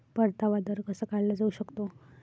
परतावा दर कसा काढला जाऊ शकतो?